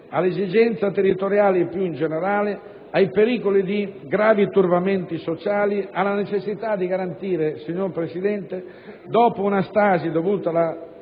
alle esigenze territoriali più in generale, ai pericoli di gravi turbamenti sociali, alla necessità di garantire al nuovo Governo, signor Presidente, dopo una stasi dovuta alla